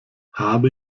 habe